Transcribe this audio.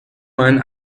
mein